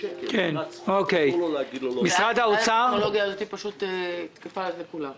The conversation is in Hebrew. אז הטכנולוגיה הזו תקפה לכולם.